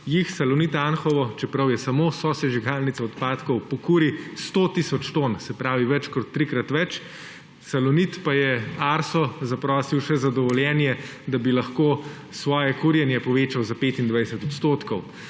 jih Salonit Anhovo, čeprav je samo sosežigalnica odpadkov, pokuri 100 tisoč ton, se pravi več kot trikrat več, Salonit pa je Arso zaprosil še za dovoljenje, da bi lahko svoje kurjenje povečal za 25 %.